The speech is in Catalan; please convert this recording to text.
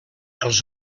els